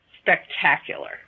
spectacular